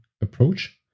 approach